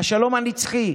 / השלום הנצחי.